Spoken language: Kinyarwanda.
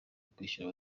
kwishyura